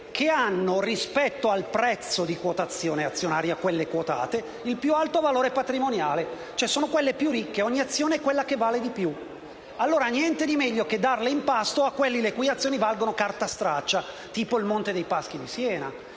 che, rispetto al prezzo di quotazione azionaria (quelle quotate), hanno il più alto valore patrimoniale, cioè sono quelle più ricche, dove ogni azione è quella che vale di più. Allora, niente di meglio che darle in pasto a quelli le cui azioni valgono carta straccia, tipo il Monte dei Paschi di Siena,